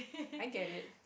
I get it